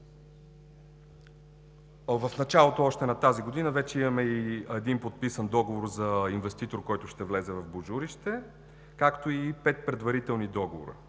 в началото на тази година вече имаме и подписан договор за инвеститор, който ще влезе в Божурище, както и пет предварителни договора.